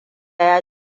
ya